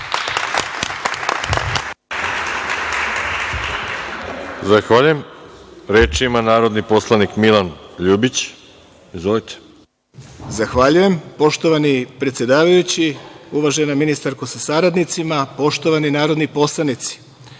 Zahvaljujem. Reč ima narodni poslanik Milan Ljubić. Izvolite. **Milan Ljubić** Zahvaljujem, poštovani predsedavajući. Uvažena ministarko sa saradnicima, poštovani narodni poslanici,